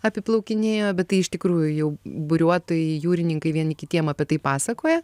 apiplaukinėjo bet tai iš tikrųjų jau buriuotojai jūrininkai vieni kitiem apie tai pasakoja